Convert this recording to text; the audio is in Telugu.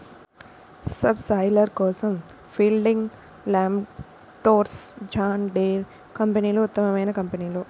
సబ్ సాయిలర్ కోసం ఫీల్డింగ్, ల్యాండ్ఫోర్స్, జాన్ డీర్ కంపెనీలు ఉత్తమమైన కంపెనీలు